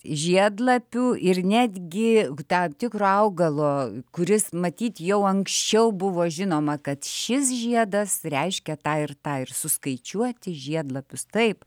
žiedlapių ir netgi tam tikro augalo kuris matyt jau anksčiau buvo žinoma kad šis žiedas reiškia tą ir tą ir suskaičiuoti žiedlapius taip